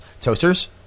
Toasters